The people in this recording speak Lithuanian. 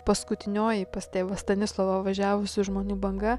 paskutinioji pas tėvą stanislovą važiavusių žmonių banga